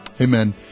Amen